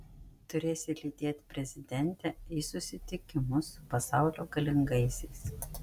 turėsi lydėt prezidentę į susitikimus su pasaulio galingaisiais